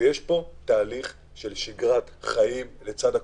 יש פה תהליך של שגרת חיים לצד הקורונה.